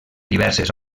diverses